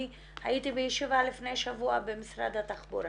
אני הייתי בישיבה לפני שבוע במשרד התחבורה